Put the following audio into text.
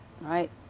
right